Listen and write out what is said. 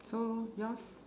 so yours